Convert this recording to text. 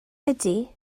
ydy